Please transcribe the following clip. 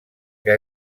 que